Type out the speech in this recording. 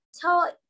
tell